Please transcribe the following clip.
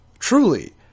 Truly